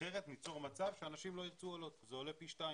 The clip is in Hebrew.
אחרת ניצור מצב שאנשים לא ירצו עולות כי זה עולה פי שניים.